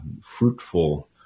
fruitful